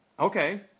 Okay